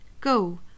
Go